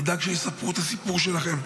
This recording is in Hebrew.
נדאג שיספרו את הסיפור שלכם,